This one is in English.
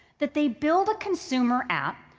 that they build a consumer app,